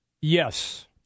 Yes